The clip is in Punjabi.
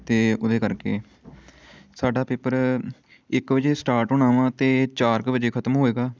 ਅਤੇ ਉਹਦੇ ਕਰਕੇ ਸਾਡਾ ਪੇਪਰ ਇੱਕ ਵਜੇ ਸਟਾਰਟ ਹੋਣਾ ਵਾ ਅਤੇ ਚਾਰ ਕੁ ਵਜੇ ਖਤਮ ਹੋਏਗਾ